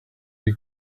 you